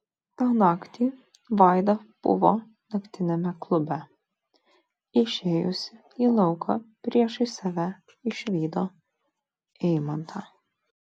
tą naktį vaida buvo naktiniame klube išėjusi į lauką priešais save išvydo eimantą